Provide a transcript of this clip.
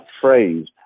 phrase